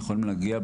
יכולים להגיע,